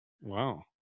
wow